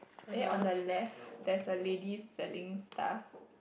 eh on the left there's a lady selling stuff